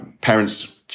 parents